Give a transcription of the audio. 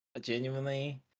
genuinely